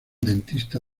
dentista